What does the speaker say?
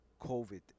covid